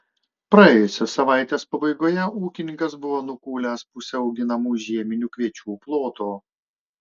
praėjusios savaitės pabaigoje ūkininkas buvo nukūlęs pusę auginamų žieminių kviečių ploto